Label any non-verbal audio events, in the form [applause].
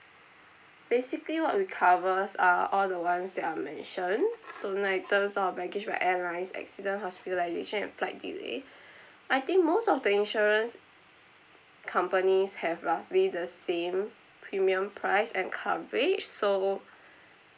basically what we covers are all the ones that I've mentioned stolen items lost of baggage for airlines accident hospitalisation and flight delay [breath] I think most of the insurance companies have roughly the same premium price and coverage so